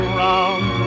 round